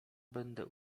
będę